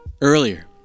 earlier